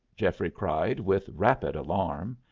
geoffrey cried, with rapid alarm.